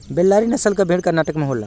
बेल्लारी नसल क भेड़ कर्नाटक में होला